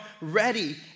ready